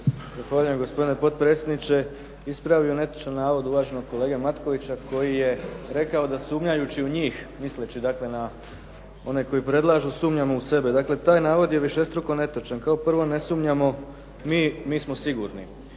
Zahvaljujem gospodine potpredsjedniče. Ispravio netočan navod uvaženog kolege Matkovića, koji je rekao da sumnjajući u njih, misleći dakle na one koji predlažu sumnjamo u sebe. Dakle, taj navod je višestruko netočan. Kao prvo ne sumnjamo mi, mi smo sigurni.